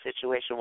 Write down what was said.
situation